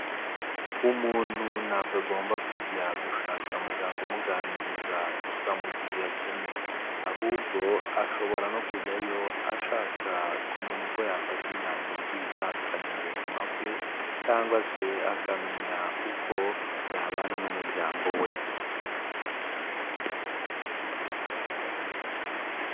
Umuntu ntabwo agomba kujya gushaka muganga umuganiriza gusa mu gihe yakennye, ahubwo ashobora no kujyayo ashaka kumenya uko yafata imyanzuro igiye itandukanye mu buzima bwe cyangwa se akamenya uko yabana n'umuryango we.